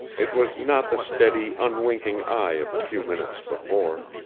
it was not the steady, unwinking eye of a few minutes before.